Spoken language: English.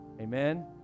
Amen